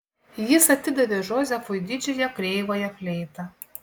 jis atidavė džozefui didžiąją kreivąją fleitą